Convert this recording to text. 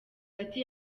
ati